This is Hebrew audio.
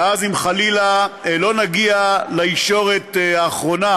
ואז אם חלילה לא נגיע לישורת האחרונה